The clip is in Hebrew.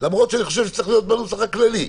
למרות שאני חושב שזה צריך להיות בנוסח הכללי.